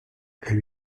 elle